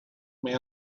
man